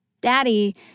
Daddy